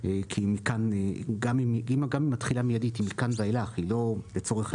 כי גם אם היא מתחילה מיידית אז זה מכאן ואילך וזה לא הוראת